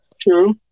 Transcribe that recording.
True